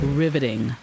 riveting